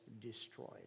destroyed